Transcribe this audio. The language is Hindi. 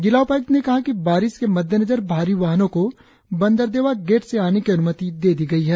जिला उपायुक्त ने कहा कि बारिश के मद्देनजर भारी वाहनों को बंदरदेवा गेट से आने की अन्मति दे दी गई है